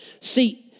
See